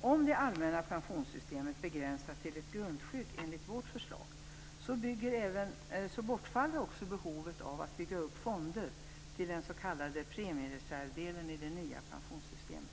Om det allmänna pensionssystemet begränsas till ett grundskydd enligt vårt förslag bortfaller också behovet av att bygga upp fonder till den s.k. premiereservsdelen i det nya pensionssystemet.